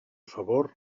favor